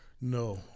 No